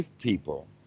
people